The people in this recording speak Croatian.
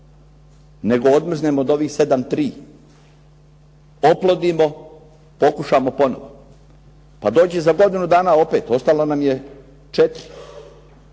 nego odmrznemo od ovih sedam tri, oplodimo, pokušamo ponovo. Pa dođe za godinu dana opet, ostalo nam je